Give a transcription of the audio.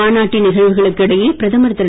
மாநாட்டின் நிகழ்வுகளுக்கு இடையே பிரதமர் திரு